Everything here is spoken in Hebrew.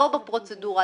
לא בפרוצדורה.